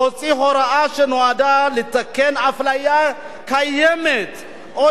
להוציא הוראה שנועדה לתקן אפליה קיימת או